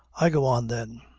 i go on then.